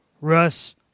Russ